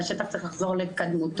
והשטח צריך לחזור לקדמותו.